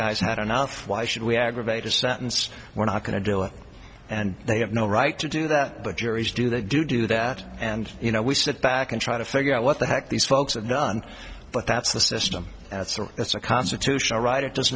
guy's had enough why should we aggravate a sentence we're not going to do it and they have no right to do that but juries do they do do that and you know we sit back and try to figure out what the heck these folks have done but that's the system that's a constitutional right it does